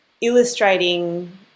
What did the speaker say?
illustrating